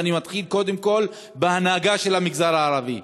ואני מתחיל קודם כול בהנהגה של המגזר הערבי,